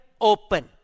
open